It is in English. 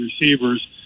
receivers